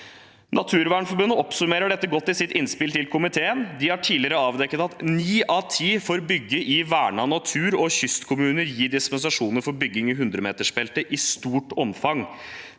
Naturvernforbundet oppsummerer dette godt i sitt innspill til komiteen. De har tidligere avdekket at ni av ti får bygge i vernet natur, og kystkommuner gir dispensasjon for bygging i hundremetersbeltet i stort omfang.